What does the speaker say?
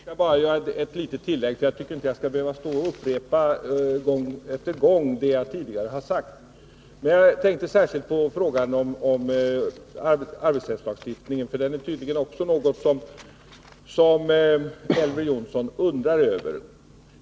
Herr talman! Bara ett litet tillägg — jag tycker inte jag skall behöva upprepa gång efter annan det jag tidigare sagt. Jag tänkte särskilt på frågan om arbetsrättslagstiftningen. Den är tydligen också något som Elver Jonsson undrar över.